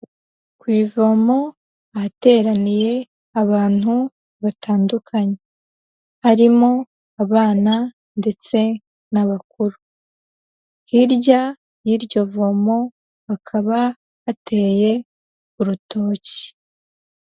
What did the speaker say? Ku ivomo ahateraniye abantu batandukanye, harimo abana ndetse n'abakuru, hirya y'iryo vomo hakaba hateye urutoki.